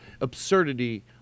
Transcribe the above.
absurdity